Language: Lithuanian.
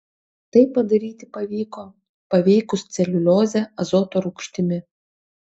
tai padaryti pavyko paveikus celiuliozę azoto rūgštimi